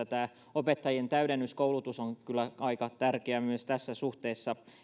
tämä opettajien täydennyskoulutus on kyllä aika tärkeä myös tässä suhteessa